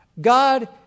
God